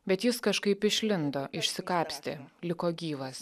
bet jis kažkaip išlindo išsikapstė liko gyvas